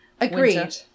Agreed